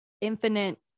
infinite